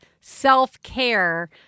self-care